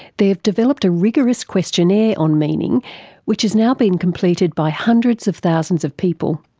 they've developed a rigorous questionnaire on meaning which has now been completed by hundreds of thousands of people.